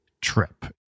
trip